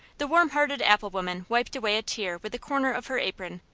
the warm-hearted apple-woman wiped away a tear with the corner of her apron,